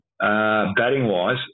batting-wise